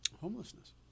homelessness